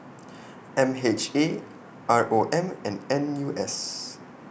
M H A R O M and N U S